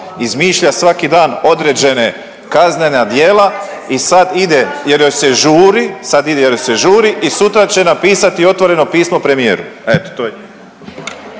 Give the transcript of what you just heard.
izmišlja svaki dan određene kaznena djela i sad ide jer joj se žuri, sad ide jer joj se žuri i sutra će napisati otvoreno pismo premijeru.